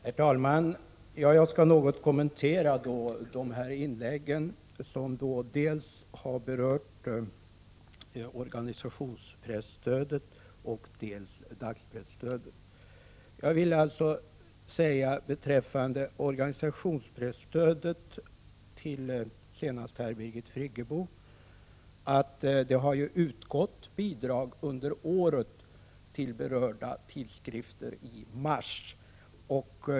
Herr talman! Jag skall något kommentera de inlägg som har berört dels organisationstidskriftsstödet, dels i mån av tid dagspresstödet. Jag vill beträffande organisationstidskriftsstödet säga till bl.a. Birgit Friggebo att det i mars i år har utbetalats bidrag till berörda skrifter.